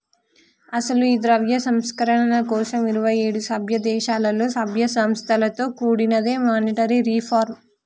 అసలు ఈ ద్రవ్య సంస్కరణల కోసం ఇరువైఏడు సభ్య దేశాలలో సభ్య సంస్థలతో కూడినదే మానిటరీ రిఫార్మ్